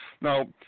Now